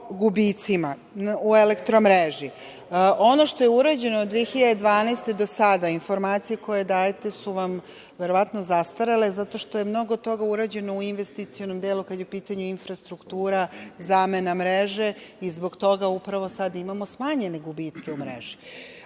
gubicima u „Elektromreži“.Ono što je urađeno od 2012. godine do sada, informacije koje dajete su vam verovatno zastarele, zato što je mnogo toga urađeno u investicionom delu kada je u pitanju infrastruktura, zamena mreže i zbog toga upravo sada imamo smanjene gubitke u mreži. Kada